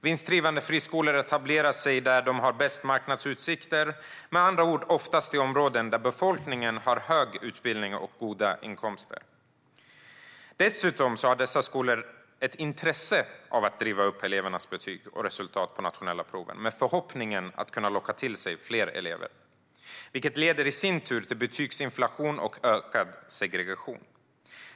Vinstdrivande friskolor etablerar sig där de har bäst marknadsutsikter, med andra ord oftast i områden där befolkningen har hög utbildning och goda inkomster. Dessutom har dessa skolor ett intresse av att driva upp elevernas betyg och resultat på nationella proven med förhoppningen om att kunna locka till sig fler elever, vilket i sin tur leder till betygsinflation och ökad segregation.